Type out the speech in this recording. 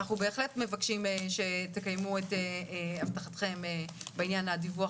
ואנחנו בהחלט מבקשים שתקיימו את הבטחתכם בענין הדיווח